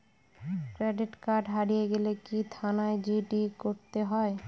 Credit card হারিয়ে গেলে কি থানায় জি.ডি করতে হয়?